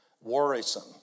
worrisome